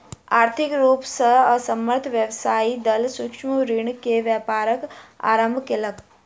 आर्थिक रूप से असमर्थ व्यवसायी दल सूक्ष्म ऋण से व्यापारक आरम्भ केलक